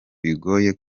bigoye